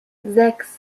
sechs